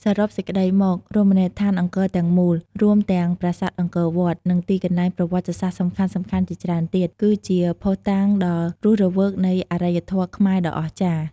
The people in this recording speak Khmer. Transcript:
សរុបសេចក្តីមក រមណីយដ្ឋានអង្គរទាំងមូល រួមទាំងប្រាសាទអង្គរវត្ត និងទីកន្លែងប្រវត្តិសាស្ត្រសំខាន់ៗជាច្រើនទៀត គឺជាភស្តុតាងដ៏រស់រវើកនៃអរិយធម៌ខ្មែរដ៏អស្ចារ្យ។